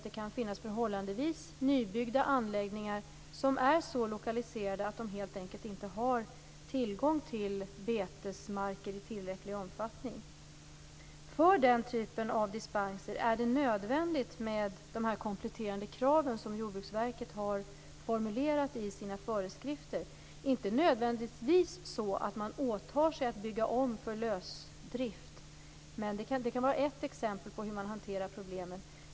Det kan finnas förhållandevis nybyggda anläggningar som är så lokaliserade att de helt enkelt inte har tillgång till betesmarker i tillräcklig omfattning. För den typen av dispenser är det nödvändigt med de här kompletterande kraven som Jordbruksverket har formulerat i sina förskrifter. Det måste inte nödvändigtvis vara så att man åtar sig att bygga om för lösdrift. Det kan vara ett exempel på hur man hanterar problemet.